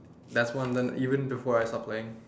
that one then even before I start playing